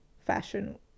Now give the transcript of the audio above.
fashion